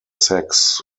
sex